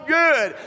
good